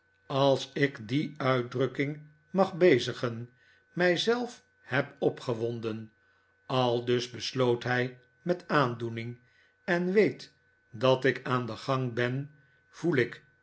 als ik die uitdrukking mag bezigen mij zelf heb opgewonden aldus besjoot hij met aandoening en weet dat ik aan den gang ben voel ik